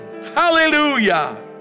Hallelujah